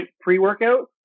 pre-workout